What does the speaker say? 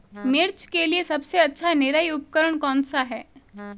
मिर्च के लिए सबसे अच्छा निराई उपकरण कौनसा है?